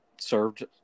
served